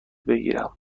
بگیرم